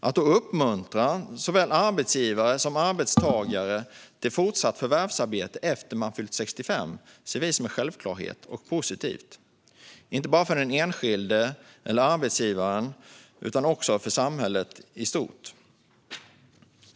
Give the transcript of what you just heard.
Att då uppmuntra såväl arbetsgivare som arbetstagare till fortsatt förvärvsarbete efter att arbetstagare fyllt 65 år ser vi som en självklarhet och någonting positivt, inte bara för den enskilde eller för arbetsgivaren utan också för samhället i stort.